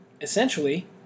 essentially